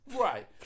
Right